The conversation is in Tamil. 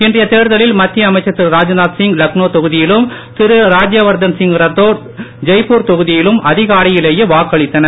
இன்றைய தேர்தலில் மத்திய அமைச்சர் திரு ராஜ்நாத் சிங் லக்னோ தொகுதியிலும் திரு ராஜ்யவர்தன் சிங் ரதோர் ஜெய்ப்பூர் தொகுதியிலும் அதிகாலையிலேயே வாக்களித்தனர்